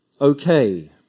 okay